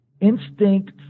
instinct